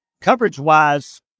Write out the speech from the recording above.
coverage-wise